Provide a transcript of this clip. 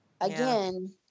again